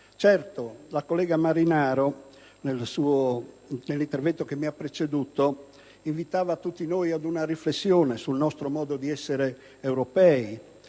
corretto. La collega Marinaro nell'intervento che mi ha preceduto invitava tutti noi ad una riflessione sul nostro modo di essere europei,